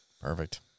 Perfect